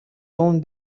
own